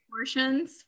portions